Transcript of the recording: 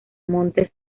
montes